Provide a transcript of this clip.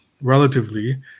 relatively